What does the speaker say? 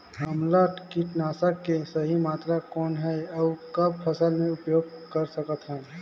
हमला कीटनाशक के सही मात्रा कौन हे अउ कब फसल मे उपयोग कर सकत हन?